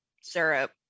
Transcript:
syrup